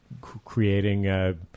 creating